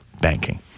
banking